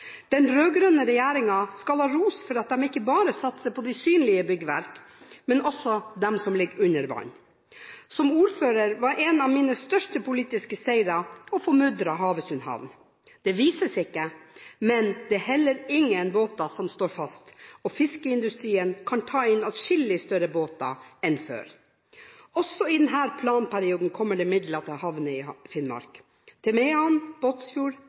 Den rød-grønne regjeringen skal ha ros for at den ikke bare satser på de synlige byggverk, men også dem som ligger under vann. Som ordfører var en av mine største politiske seire å få mudret Havøysund havn. Det vises ikke, men det er heller ingen båter som står fast, og fiskeindustrien kan ta inn adskillig større båter enn før. Også i denne planperioden kommer det midler til havner i Finnmark – til Mehamn, Båtsfjord,